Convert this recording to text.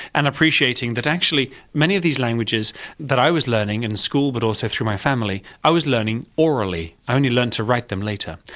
and appreciating that actually many of these languages that i was learning in school but also through my family i was learning orally. i only learnt to write them later.